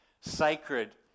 sacred